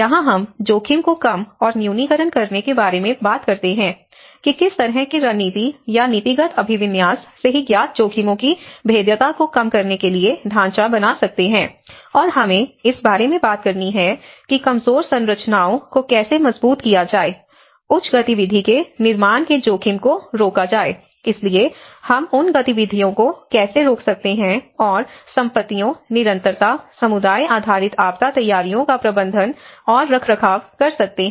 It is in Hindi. यहां हम जोखिम को कम और न्यूनीकरण करने के बारे में बात करते हैं कि किस तरह की रणनीति या नीतिगत अभिविन्यास से ही ज्ञात जोखिमों की भेद्यता को कम करने के लिए ढांचा बना सकते हैं और हमें इस बारे में बात करनी है कि कमजोर संरचनाओं को कैसे मजबूत किया जाए उच्च गतिविधि के निर्माण के जोखिम को रोका जाए इसलिए हम उन गतिविधियों को कैसे रोक सकते हैं और संपत्तियों निरंतरता समुदाय आधारित आपदा तैयारियों का प्रबंधन और रखरखाव कर सकते हैं